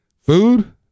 food